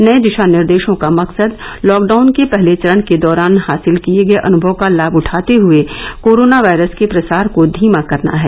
नये दिशा निर्देशों का मकसद लॉकडाउन के पहले चरण के दौरान हासिल किये गये अनुभव का लाभ उठाते हुए कोरोना वायरस के प्रसार को धीमा करना है